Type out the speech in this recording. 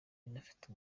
inafite